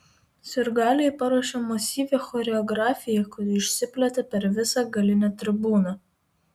sirgaliai paruošė masyvią choreografiją kuri išsiplėtė per visą galinę tribūną